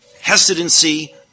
hesitancy